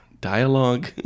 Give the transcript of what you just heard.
dialogue